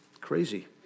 Crazy